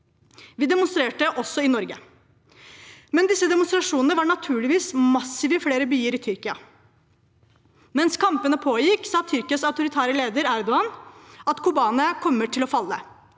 Vi demonstrerte også i Norge, men disse demonstrasjonene var naturligvis massive i flere byer i Tyrkia. Mens kampene pågikk, sa Tyrkias autoritære leder, Erdogan, at Kobane kommer til å falle.